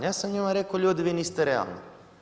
Ja sam njima rekao ljudi, vi niste realni.